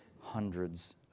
hundreds